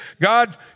God